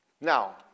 Now